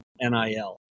NIL